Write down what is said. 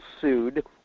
sued